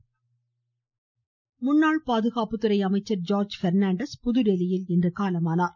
George Fernandes முன்னாள் பாதுகாப்புத்துறை அமைச்சர் ஜார்ஜ் பெர்னான்டஸ் புதுதில்லியில் இன்று காலமானார்